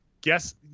guess